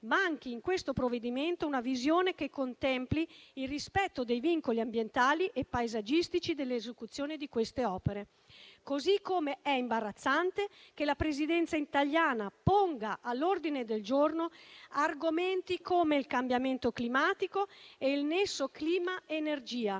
manchi in questo provvedimento una visione che contempli il rispetto dei vincoli ambientali e paesaggistici dell'esecuzione delle opere. Così come è imbarazzante che la Presidenza italiana ponga all'ordine del giorno argomenti come il cambiamento climatico e il nesso clima-energia,